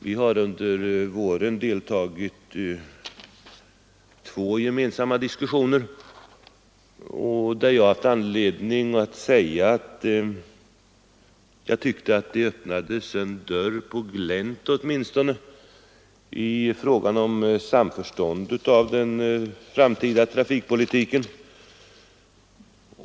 Vi har under våren deltagit i två gemensamma diskussioner, då jag haft anledning att säga att jag tyckte att det öppnades en dörr på glänt åtminstone i fråga om samförstånd beträffande den framtida trafikpolitiken.